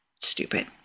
Stupid